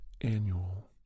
annual